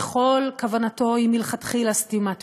וכל כוונתו היא מלכתחילה סתימת פיות.